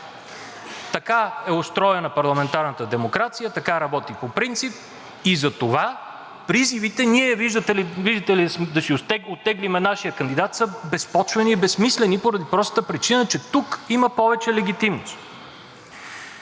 Така е устроена парламентарната демокрация, така работи по принцип и затова призивите, видите ли, да оттеглим нашия кандидат, са безпочвени и безсмислени поради простата причина, че тук има повече легитимност.